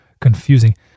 confusing